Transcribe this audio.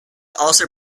also